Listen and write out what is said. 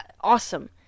Awesome